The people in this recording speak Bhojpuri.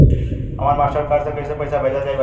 हमरा मास्टर कार्ड से कइसे पईसा भेजल जाई बताई?